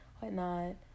whatnot